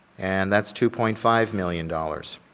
and that's two point five million dollars.